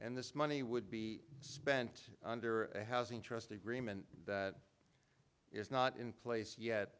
and this money would be spent under a housing trust agreement that is not in place yet